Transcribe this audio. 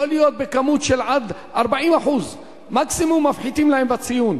לא להיות בכמות של עד 40%. מקסימום מפחיתים להם בציון.